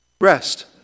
Rest